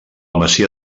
masia